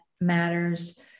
matters